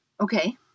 Okay